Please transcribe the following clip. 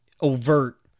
overt